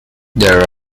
there